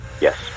Yes